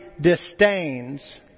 disdains